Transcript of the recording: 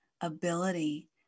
ability